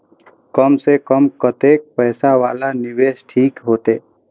कम से कम कतेक पैसा वाला निवेश ठीक होते?